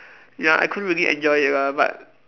ya I couldn't really enjoy it lah but